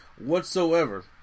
whatsoever